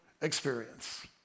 experience